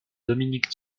dominique